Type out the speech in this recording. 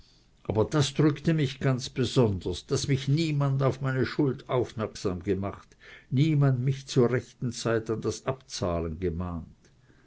aber das drückte mich ganz besonders daß mich niemand auf meine schuld aufmerksam gemacht niemand mich zur rechten zeit an das abzahlen gemahnt